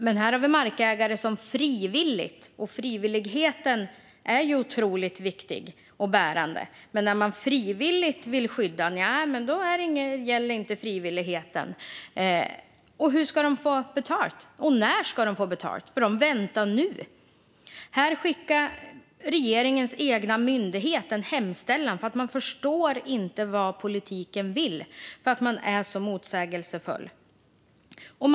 Men när ägare frivilligt vill skydda mark - frivilligheten är otroligt viktig och bärande - gäller det tydligen inte. Och hur och när ska de få betalt? De väntar nu! Regeringens egen myndighet skickade en hemställan för att man inte förstod vad politiken vill. Så motsägelsefull är den!